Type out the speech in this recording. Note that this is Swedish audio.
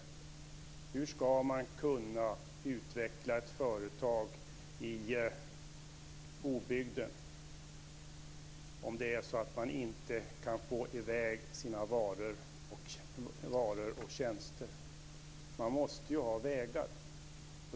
Hur ska man kunna utveckla ett företag i obygden om man inte kan få i väg sina varor och tjänster? Man måste ju ha vägar.